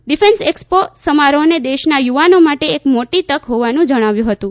ડીફચેક્ષપો સમારોહને દેશના યુવાનો માટે એક મોટી તક હોવાનું જણાવ્યું હતું